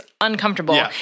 uncomfortable